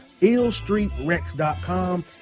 illstreetrex.com